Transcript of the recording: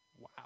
Wow